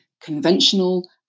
conventional